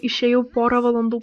išėjau porą valandų